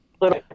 little